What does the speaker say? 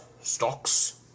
stocks